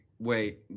wait